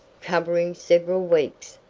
covering several weeks,